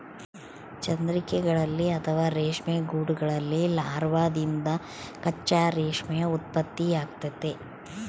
ಚಂದ್ರಿಕೆಗಳಲ್ಲಿ ಅಥವಾ ರೇಷ್ಮೆ ಗೂಡುಗಳಲ್ಲಿ ಲಾರ್ವಾದಿಂದ ಕಚ್ಚಾ ರೇಷ್ಮೆಯ ಉತ್ಪತ್ತಿಯಾಗ್ತತೆ